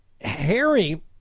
Harry